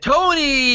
Tony